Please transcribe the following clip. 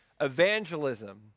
Evangelism